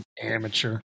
Amateur